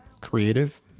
creative